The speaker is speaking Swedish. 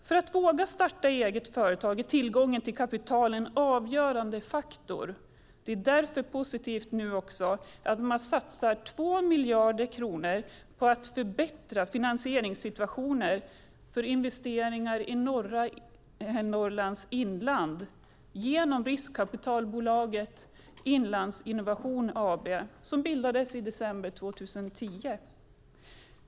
För att våga starta eget företag är tillgång till kapital en avgörande faktor. Därför är det positivt att man satsar 2 miljarder kronor på att förbättra finansieringssituationen för investeringar i norra Norrlands inland genom riskkapitalbolaget Inlandsinnovation AB som bildades i december 2010.